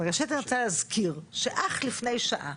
ראשית, אני רוצה להזכיר שאך לפני שעה